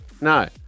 No